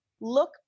look